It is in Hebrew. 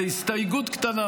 באיזו הסתייגות קטנה,